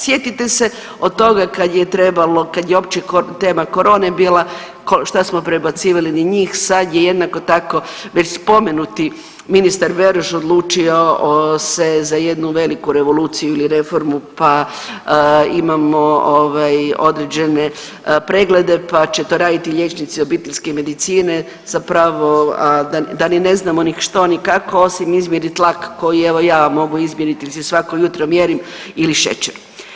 Sjetite se od toga kad je trebalo, kad je uopće tema korone bila šta smo prebacivali na njih, sad je jednako tako već spomenuti ministar Beroš odlučio se za jednu veliku revoluciju ili reformu pa imamo ovaj određene preglede, pa će to raditi liječnici obiteljske medicine zapravo da ni ne znamo ni što, ni kako osim izmjerit tlak koji evo ja vam mogu izmjeriti jer si svako jutro mjerim ili šećer.